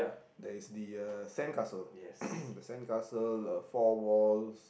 there is the uh sandcastle the sandcastle uh four walls